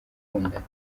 gukundana